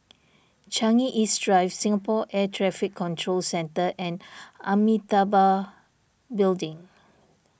Changi East Drive Singapore Air Traffic Control Centre and Amitabha Building